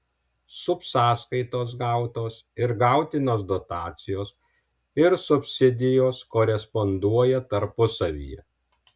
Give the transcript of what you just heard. subsąskaitos gautos ir gautinos dotacijos ir subsidijos koresponduoja tarpusavyje